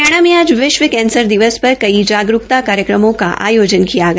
हरियाणा में आज विश्व कैंसर दिवस का पर कई जगह जागरूकता कार्यक्रमों का आयोजन किया गया